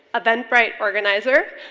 eventbrite organizer,